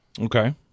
okay